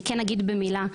אני אגיד במילה,